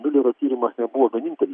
miulerio tyrimas nebuvo vienintelis